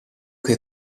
che